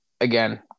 again